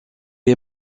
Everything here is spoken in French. est